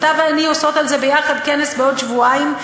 אתה ואני עושות על זה יחד כנס בעוד שבועיים,